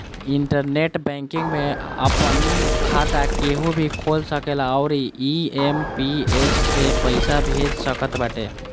internet banking में आपन खाता केहू भी खोल सकेला अउरी आई.एम.पी.एस से पईसा भेज सकत बाटे